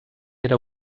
era